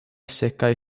sekaj